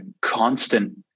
constant